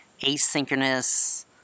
asynchronous